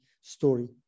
story